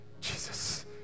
Jesus